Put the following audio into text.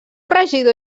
regidor